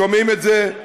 שומעים את זה,